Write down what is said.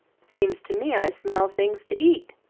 seems to me i smell things to eat.